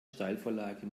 steilvorlage